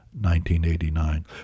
1989